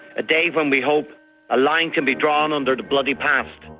a day when we hope a line can be drawn under the bloody past.